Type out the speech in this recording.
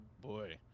boy